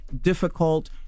difficult